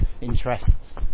interests